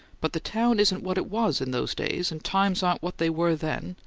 but the town isn't what it was in those days, and times aren't what they were then,